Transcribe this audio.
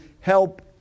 help